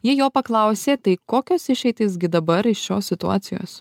ji jo paklausė tai kokios išeitys gi dabar iš šios situacijos